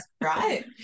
right